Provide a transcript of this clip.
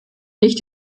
nicht